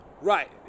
Right